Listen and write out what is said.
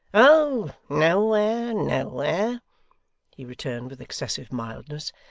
oh nowhere, nowhere he returned with excessive mildness.